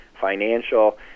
financial